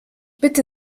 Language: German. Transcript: bitte